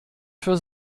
für